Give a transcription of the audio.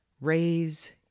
raise